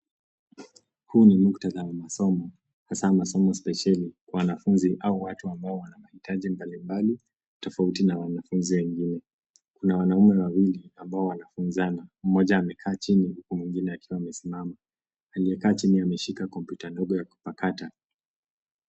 Huu ni muktadha wa masomo, hasa masomo sipesheli kwa wanafunzi au watu wanao mahitaji mbali mbali, tofauti na wanafunzi wengine. Kuna wanaume wawili ambao wanafunzana, mmoja amekaa chini huku mwingine akiwa amesimama. Mwenye amekaa chini ameshika kompyuta ndogo ya kupakata.